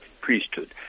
priesthood